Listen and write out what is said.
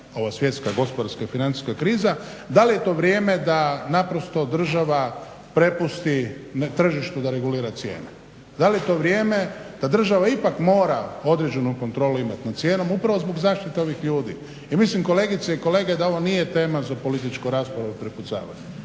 svjetska gospodarska i financijska kriza. Da li je to vrijeme da naprosto država prepusti na tržištu da regulira cijene. Da li je to vrijeme da država ipak mora određenu kontrolu imati nad cijenom upravo zbog zaštite ovih ljudi. I mislim kolegice i kolege da ovo nije tema za političku raspravu i prepucavanje,